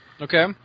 Okay